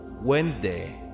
Wednesday